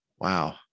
Wow